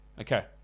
Okay